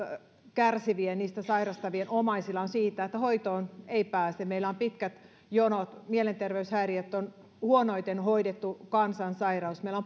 kärsivien ja niitä sairastavien omaisilla on siitä että hoitoon ei pääse meillä on pitkät jonot mielenterveyshäiriöt on huonoiten hoidettu kansansairaus meillä